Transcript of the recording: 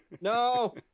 No